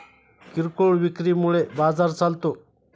किरकोळ विक्री मुळे बाजार चालतो